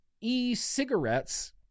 e-cigarettes